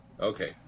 Okay